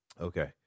Okay